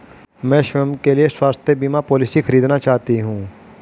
मैं स्वयं के लिए स्वास्थ्य बीमा पॉलिसी खरीदना चाहती हूं